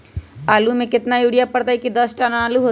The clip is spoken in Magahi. आलु म केतना यूरिया परतई की दस टन आलु होतई?